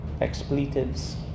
expletives